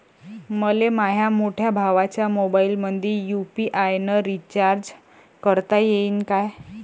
मले माह्या मोठ्या भावाच्या मोबाईलमंदी यू.पी.आय न रिचार्ज करता येईन का?